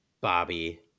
Bobby